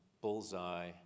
bullseye